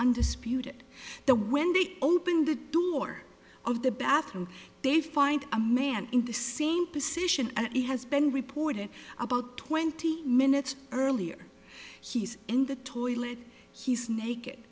undisputed the when they open the door of the bathroom they find a man in the same position and he has been reported about twenty minutes earlier he's in the toilet he's naked